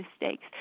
mistakes